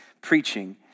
preaching